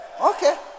Okay